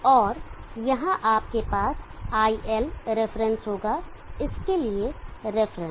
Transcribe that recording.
और यहां आपके पास iL रेफरेंस होगा इसके लिए रेफरेंस